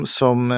som